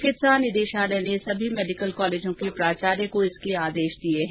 चिकित्सा निदेशालय ने सभी मेडिकल कॉलेज के प्राचार्यो को इसके आदेश दिए हैं